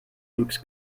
looks